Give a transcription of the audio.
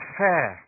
fair